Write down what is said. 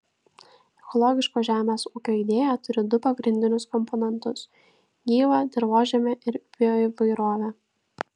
ekologiško žemės ūkio idėja turi du pagrindinius komponentus gyvą dirvožemį ir bioįvairovę